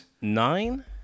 nine